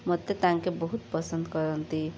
ମୋତେ ତାଙ୍କେ ବହୁତ ପସନ୍ଦ କରନ୍ତି